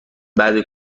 بعده